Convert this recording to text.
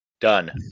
done